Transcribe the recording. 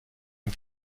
une